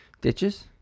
Ditches